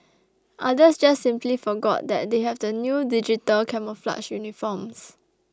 others just simply forgot that they have the new digital camouflage uniforms